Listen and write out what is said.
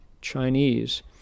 Chinese